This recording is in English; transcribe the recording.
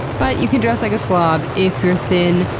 but you can dress like a slob if you're thin,